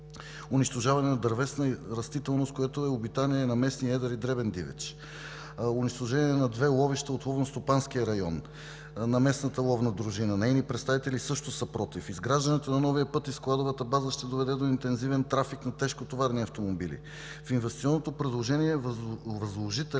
унищожаване на дървесна растителност, която е обитание на местния едър и дребен дивеч, унищожаване на две ловища от ловно-стопанския район на местната ловна дружина – нейните представители също са против. Изграждането на новия път и складовата база ще доведе до интензивен трафик на тежкотоварни автомобили. В инвестиционното предложение възложителят